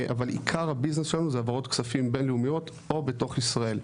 אבל עיקר הביזנס שלנו זה העברות כספים בינלאומיות או בתוך ישראל.